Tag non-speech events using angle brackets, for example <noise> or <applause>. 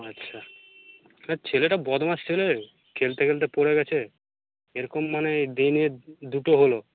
আচ্ছা <unintelligible> ছেলেটা বদমাশ ছেলে খেলতে খেলতে পড়ে গেছে এরকম মানে দিনে দুটো হলো